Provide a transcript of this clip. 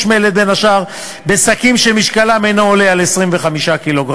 מלט בין השאר בשקים שמשקלם אינו עולה על 25 קילוגרם.